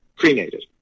Cremated